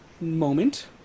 moment